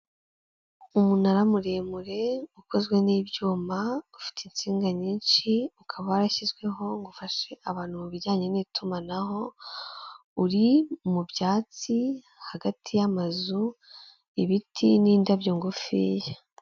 Umunara muremure ukozwe n'ibyuma, ufite insinga nyinshi, ukaba warashyizweho ngo ufashe abantu mu bijyanye n'itumanaho, uri mu byatsi hagati y'amazu, ibiti, n'indabyo ngufiya.